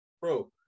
bro